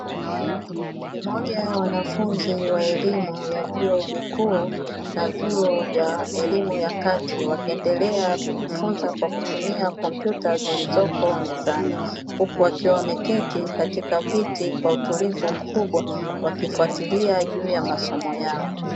Ni moja ya wanafunzi wa elimu ya vyuo vikuu na vyuo vya elimu ya kati wakiendelea kujifunza kwa kutumia kompyuta zilizoko mezani, huku wakiwa wameketi katika viti kwa utulivu mkubwa wakifatilia juu ya masomo yao.